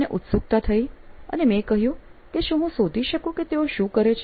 મને ઉત્સુકતા થઇ અને મેં કહ્યું કે શું હું શોધી શકું કે તેઓ શું કરે છે